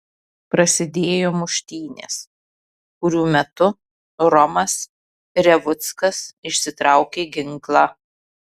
prasidėjo muštynės kurių metu romas revuckas išsitraukė ginklą